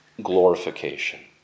glorification